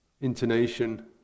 intonation